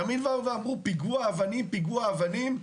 תמיד בואו ואמרו: פיגוע אבנים, פיגוע אבנים.